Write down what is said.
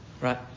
Right